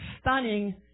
stunning